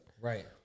Right